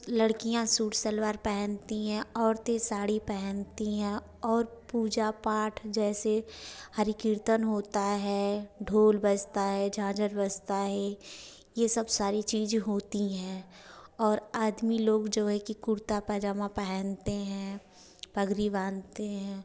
लड़कियाँ सूट सलवार पहनती हैं औरतें साड़ी पहनती हैं और पूजा पाठ जैसे हरि कीर्तन होता है ढोल बजता है झांझर बजता है ये सब सारी चीज़ें होती हैं और आदमी लोग जो है कि कुर्ता पायजामा पहनते हैं पगड़ी बांधते हैं